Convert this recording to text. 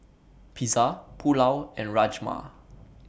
Pizza Pulao and Rajma